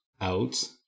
out